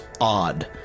odd